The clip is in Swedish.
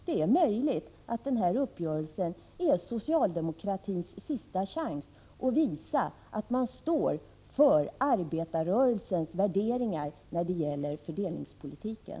Det är möjligt att den uppgörelsen är socialdemokratins sista chans att visa att man står för arbetarrörelsens värderingar när det gäller fördelningspolitiken.